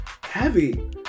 heavy